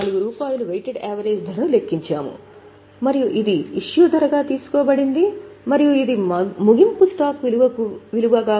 44 weighted average ధరను లెక్కించాము మరియు అది ఇష్యూ ధరగా తీసుకోబడింది మరియు ఇది ముగింపు స్టాక్ విలువగా